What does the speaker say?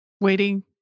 waiting